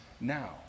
now